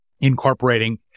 incorporating